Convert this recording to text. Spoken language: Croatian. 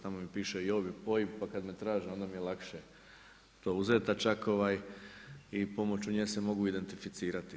Tamo mi piše i OIB, pa kad me traže onda mi je lakše to uzeti, a čak i pomoću nje se mogu identificirati.